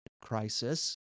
crisis